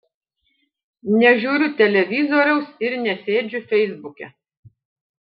nežiūriu televizoriaus ir nesėdžiu feisbuke